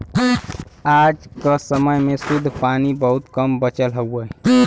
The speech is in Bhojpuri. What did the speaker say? आज क समय में शुद्ध पानी बहुत कम बचल हउवे